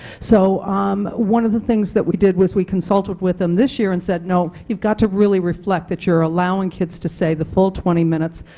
so um one of the things that we did was we consulted with them this year and said no you have to really reflect that you are allowing kids to stay the full twenty minutes.